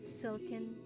silken